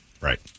Right